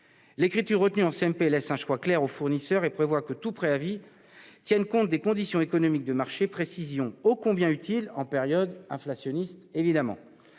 L'écriture retenue en CMP laisse un choix clair au fournisseur et dispose que tout préavis tient compte des conditions économiques de marché, précision ô combien utile en période inflationniste.